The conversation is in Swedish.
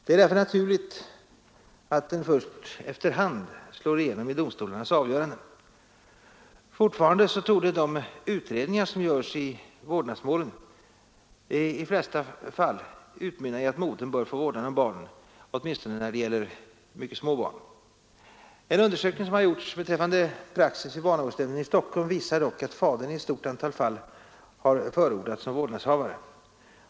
Det är därför naturligt att den först efter hand slår igenom i domstolarnas avgöranden. Fortfarande torde de utredningar som görs i vårdnadsmålen i de flesta fall utmynna i att modern bör få vårdnaden om barnen, åtminstone när det gäller mycket små barn. En undersökning som har gjorts beträffande praxis vid barnavårdsnämnden i Stockholm visar dock att fadern i ett stort antal fall har förordats som vårdnadshavare.